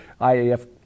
IAF